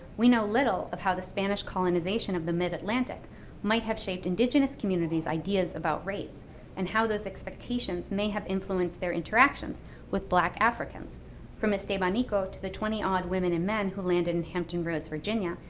we know little of how the spanish colonization of the mid-atlantic might have shaped indigenous communities' ideas about race and how those expectations may have influenced their interactions with black africans from estevanico to the twenty odd women and men who landed in hampton roads, virginia,